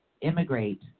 immigrate